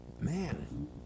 man